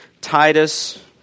Titus